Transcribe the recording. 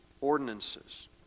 ordinances